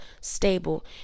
stable